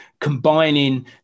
combining